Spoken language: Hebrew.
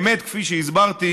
כפי שהסברתי,